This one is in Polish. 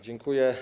Dziękuję.